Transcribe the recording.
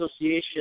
Association